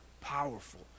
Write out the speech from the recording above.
powerful